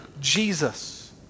Jesus